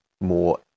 more